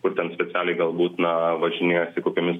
kur ten specialiai galbūt na važinėjosi kokiomis